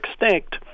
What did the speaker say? extinct